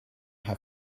have